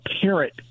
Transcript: parent